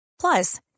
Plus